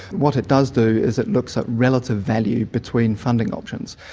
what it does do is it looks at relative value between funding options.